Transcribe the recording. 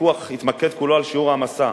הוויכוח התמקד כולו על שיעור ההעמסה.